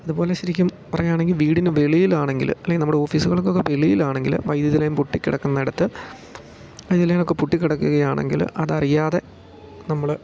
അതുപോലെ ശരിക്കും പറയുകയാണെങ്കിൽ വീടിന് വെളിയിലാണെങ്കിൽ അല്ലെങ്കിൽ നമ്മുടെ ഓഫീസുകൾകൊക്കെ വെളിയിലാണെങ്കിൽ വൈദ്യുതി ലൈൻ പൊട്ടി കിടക്കുന്ന ഇടത്ത് വൈദുതി ലൈനൊക്കെ പൊട്ടി കിടക്കുകയാണെങ്കിൽ അത് അറിയാതെ നമ്മൾ